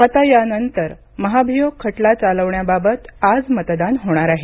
आता यानंतर महाभियोग खटला चालवण्याबाबत आज मतदान होणार आहे